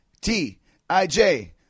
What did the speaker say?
T-I-J